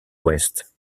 west